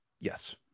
Yes